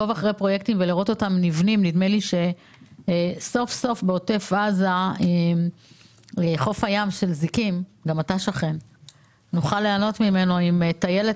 נדמה לי שסוף סוף בחוף הים של זיקים נוכל ליהנות מטיילת